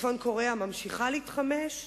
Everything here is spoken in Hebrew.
צפון-קוריאה ממשיכה להתחמש,